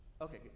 Okay